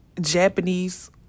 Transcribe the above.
Japanese